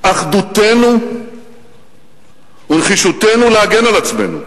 אחדותנו ונחישותנו להגן על עצמנו.